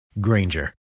Granger